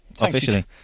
officially